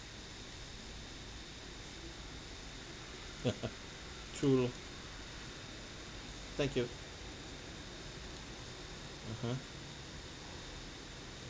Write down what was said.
true lor thank you (uh huh)